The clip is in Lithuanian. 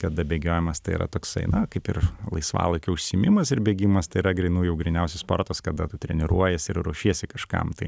kada bėgiojimas tai yra toksai na kaip ir laisvalaikio užsiėmimas ir bėgimas tai yra grynų jau gryniausias sportas kada tu treniruojiesi ir ruošiesi kažkam tai